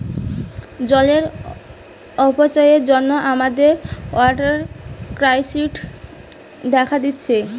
জলের অপচয়ের জন্যে আমাদের ওয়াটার ক্রাইসিস দেখা দিচ্ছে